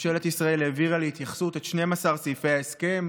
ממשלת ישראל העבירה להתייחסות את 12 סעיפי ההסכם.